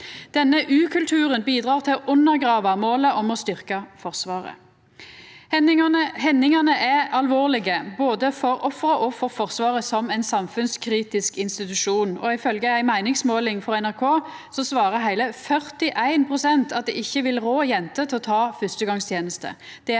Denne ukulturen bidreg til å undergrava målet om å styrkja Forsvaret. Hendingane er alvorlege, både for offeret og for Forsvaret som ein samfunnskritisk institusjon, og ifølgje ei meiningsmåling for NRK svarar heile 41 pst. at dei ikkje vil rå jenter til å ta førstegongsteneste.